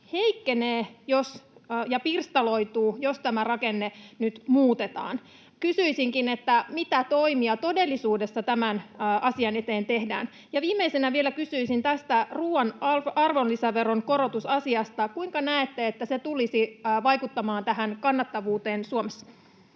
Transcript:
heikkenee ja pirstaloituu, jos tämä rakenne nyt muutetaan. Kysyisinkin: mitä toimia todellisuudessa tämän asian eteen tehdään? Ja viimeisenä vielä kysyisin tästä ruoan arvonlisäveron korotusasiasta: kuinka näette, että se tulisi vaikuttamaan tähän kannattavuuteen Suomessa?